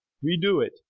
we do it,